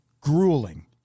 grueling